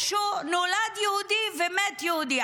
ישו נולד יהודי ומת יהודי.